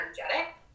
energetic